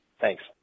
Thanks